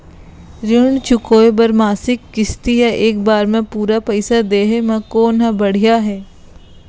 ऋण चुकोय बर मासिक किस्ती या एक बार म पूरा पइसा देहे म कोन ह बढ़िया हे?